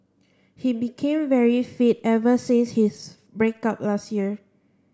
he became very fit ever since his break up last year